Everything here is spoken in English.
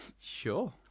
Sure